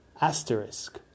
asterisk